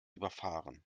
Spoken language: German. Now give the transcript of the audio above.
überfahren